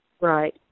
Right